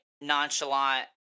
nonchalant